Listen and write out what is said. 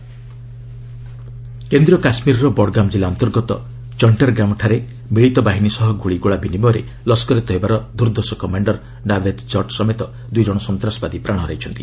JK gunfight କେନ୍ଦ୍ରୀୟ କାଶ୍ମୀରର ବଡ଼ଗାମ୍ ଜିଲ୍ଲା ଅନ୍ତର୍ଗତ ଚକ୍ଷେରଗାଁ ଅଞ୍ଚଳରେ ମିଳିତ ବାହିନୀ ସହ ଗୁଳି ଗୋଳା ବିନିମୟରେ ଲସ୍କରେ ତୟବାର ଦୁର୍ଦ୍ଧର୍ଷ କମାଣ୍ଡର ନାଭେଦ୍ ଜଟ୍ ସମେତ ଦୂଇ ଜଣ ସନ୍ତାସବାଦୀ ପ୍ରାଣ ହରାଇଛନ୍ତି